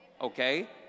okay